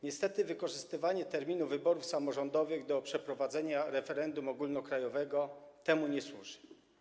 Niestety wykorzystywanie terminu wyborów samorządowych do przeprowadzenia referendum ogólnokrajowego temu nie służy.